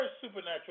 supernatural